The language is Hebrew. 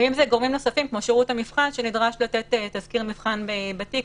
ואם זה גורמים נוספים כמו שירות המבחן שנדרש לתת תזכיר מבחן בתיק,